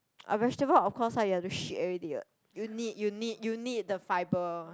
ah vegetable of course lah you have to shit everyday what you need you need you need the fibre